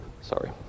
sorry